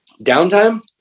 Downtime